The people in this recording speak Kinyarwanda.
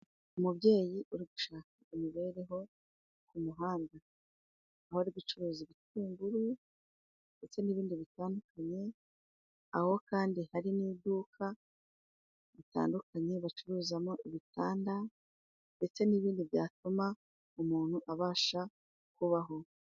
Umubyeyi uri gushaka imibereho ku muhanda aho ari gucuruza ibitunguru, ndetse n'ibindi bitandukanye, aho kandi hari n'iduka bitandukanye bacuruzamo ibitanda ndetse n'ibindi byatuma umuntu abasha kubaho.